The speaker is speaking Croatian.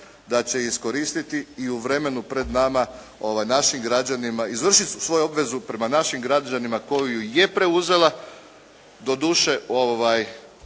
da će iskoristiti i u vremenu pred nama našim građanima, izvršiti svoju obvezu prema našim građanima koju je preuzela, doduše